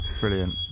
Brilliant